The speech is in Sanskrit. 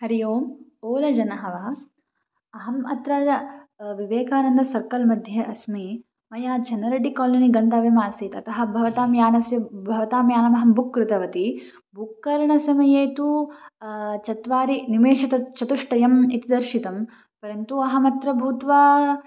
हरिः ओम् ओल जनः वा अहम् आत्रा विवेकानन्दः सर्कल् मध्ये अस्मि मया छन्नरेड्डिकलनी गान्तव्यम् आसीत् अतः भवतां यानस्य भवतां यानमहं बुक् कृतवती बुक् करणसमये तु चत्वारिनिमेषाः तत् चतुष्टयम् इति दर्शितं परन्तु अहमत्र भूत्वा